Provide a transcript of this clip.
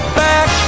back